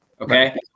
Okay